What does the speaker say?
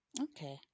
Okay